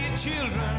Children